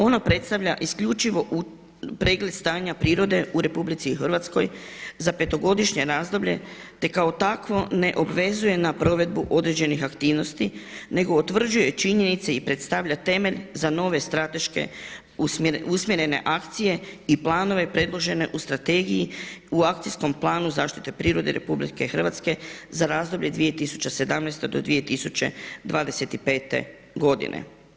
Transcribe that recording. Ona predstavlja isključivo pregled stanja prirode u RH za 5-godišnje razdoblje te kao takvo ne obvezuje na provedbu određenih aktivnosti nego utvrđuje činjenice i predstavlja temelj za nove strateške usmjerene akcije i planove predložene u strategiji u Akcijskom planu zaštite prirode RH za razdoblje 2017. do 2025. godine.